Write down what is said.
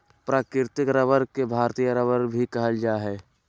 प्राकृतिक रबर के भारतीय रबर भी कहल जा हइ